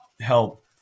help